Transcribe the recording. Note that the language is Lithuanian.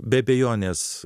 be abejonės